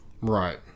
Right